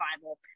Bible